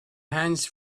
hands